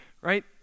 right